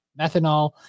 methanol